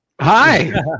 Hi